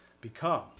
become